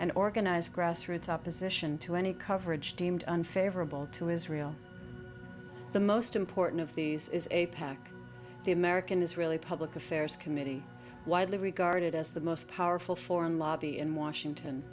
grassroots opposition to any coverage deemed unfavorable to israel the most important of these is a pack the american israeli public affairs committee widely regarded as the most powerful foreign lobby in washington